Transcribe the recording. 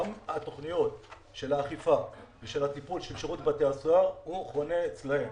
גם התוכניות של האכיפה ושל הטיפול של שירות בתי הסוהר חונה אצלם.